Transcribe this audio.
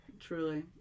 truly